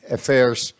Affairs